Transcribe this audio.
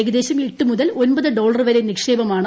ഏകദേശം എട്ടു മുതൽ ഒൻപത് ഡോളർ വരെ നിക്ഷേപം ആണ്